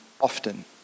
often